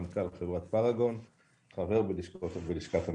אני מנכ"ל חברת --- וחבר באיגוד לשכות המסחר.